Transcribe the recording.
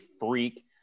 freak